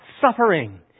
suffering